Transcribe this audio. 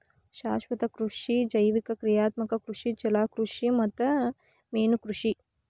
ಶಾಶ್ವತ ಕೃಷಿ ಜೈವಿಕ ಕ್ರಿಯಾತ್ಮಕ ಕೃಷಿ ಜಲಕೃಷಿ ಮತ್ತ ಮೇನುಕೃಷಿ